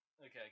okay